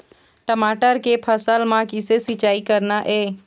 टमाटर के फसल म किसे सिचाई करना ये?